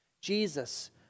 Jesus